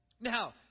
Now